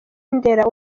ndera